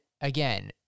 again